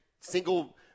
single